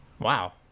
wow